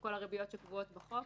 כל הריביות שקבועות בחוק.